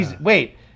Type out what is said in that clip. Wait